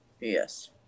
Yes